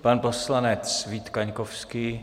Pan poslanec Vít Kaňkovský.